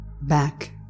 Back